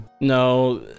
no